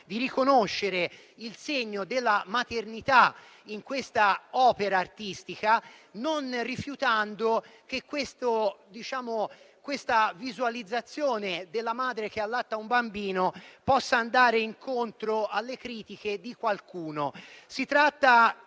di riconoscere il segno della maternità in essa, senza rifiutare che questa visualizzazione della madre che allatta un bambino possa andare incontro alle critiche di qualcuno.